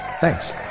Thanks